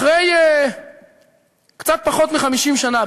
אחרי קצת פחות מ-50 שנה,